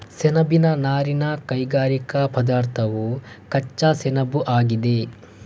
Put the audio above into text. ಸೆಣಬಿನ ನಾರಿನ ಕೈಗಾರಿಕಾ ಪದಾರ್ಥವು ಕಚ್ಚಾ ಸೆಣಬುಆಗಿದೆ